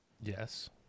Yes